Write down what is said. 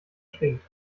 stinkt